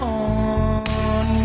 on